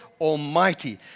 Almighty